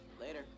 Later